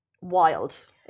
wild